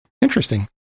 Interesting